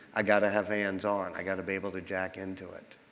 i've got to have hands on. i've got to be able to jack into it.